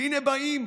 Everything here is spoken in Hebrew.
והינה באים,